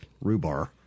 rhubarb